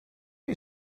you